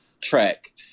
track